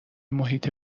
محیط